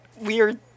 weird